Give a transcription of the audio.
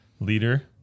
leader